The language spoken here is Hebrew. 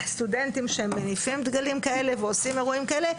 סטודנטים שמניפים דגלים כאלה ועושים אירועים כאלה,